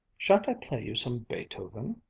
shan't i play you some beethoven?